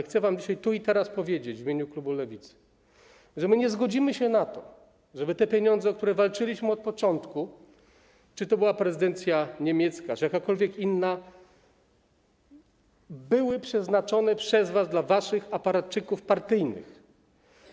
Chcę wam dzisiaj tu i teraz powiedzieć w imieniu klubu Lewicy, że my nie zgodzimy się na to, żeby pieniądze, o które walczyliśmy od początku - czy to była prezydencja niemiecka, czy jakakolwiek inna - były przeznaczone przez was dla waszych aparatczyków partyjnych.